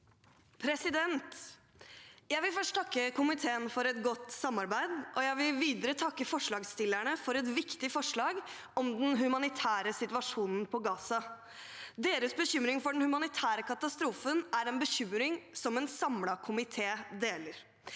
for saken): Jeg vil først takke komiteen for et godt samarbeid, og jeg vil videre takke forslagsstillerne for et viktig forslag om den humanitære situasjonen i Gaza. Deres bekymring for den humanitære katastrofen er en bekymring en samlet komité deler.